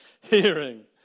Hearing